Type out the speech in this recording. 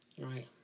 Right